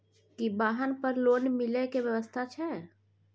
की वाहन पर लोन मिले के व्यवस्था छै?